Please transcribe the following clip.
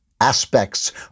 aspects